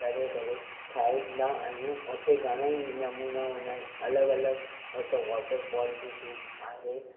तरे करे खाईंदा आहियूं हुते घणे ई नमूना हूंदा आहिनि अलॻि अलॻि उहो त वॉटर फॉल्स बि इजी आहे